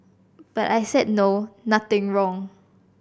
but I said no nothing wrong